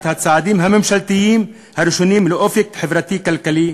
הצעדים הממשלתיים הראשונים לאופק חברתי כלכלי,